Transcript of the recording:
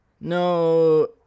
No